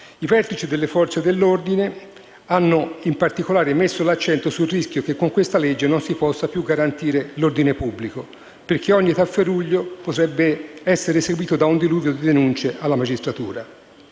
I vertici delle Forze dell'ordine hanno in particolare messo l'accento sul rischio che con questa legge non si possa più garantire l'ordine pubblico, perché ogni tafferuglio potrebbe essere seguito da un diluvio di denunce alla magistratura.